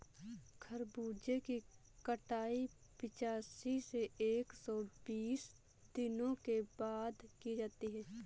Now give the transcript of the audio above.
खरबूजे की कटाई पिचासी से एक सो बीस दिनों के बाद की जाती है